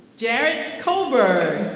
jared colbert.